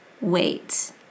wait